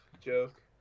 joke